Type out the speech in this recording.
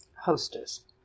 hostess